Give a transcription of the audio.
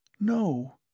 No